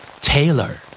Taylor